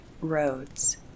roads